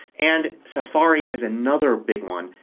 and safari is another big one.